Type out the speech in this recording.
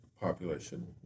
population